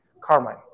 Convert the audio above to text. Carmine